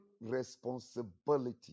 responsibility